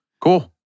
cool